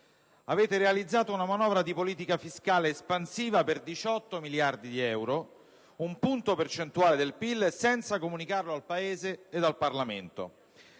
Avete realizzato una manovra di politica fiscale espansiva per 18 miliardi di euro, un punto percentuale del PIL, senza comunicarlo al Paese ed al Parlamento.